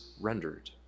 rendered